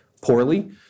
poorly